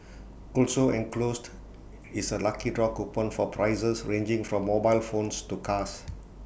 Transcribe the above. also enclosed is A lucky draw coupon for prizes ranging from mobile phones to cars